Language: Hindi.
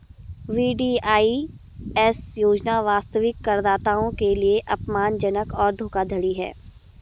वी.डी.आई.एस योजना वास्तविक करदाताओं के लिए अपमानजनक और धोखाधड़ी है